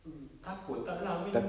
mm takut tak lah I mean